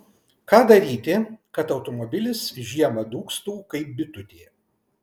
ką daryti kad automobilis žiemą dūgztų kaip bitutė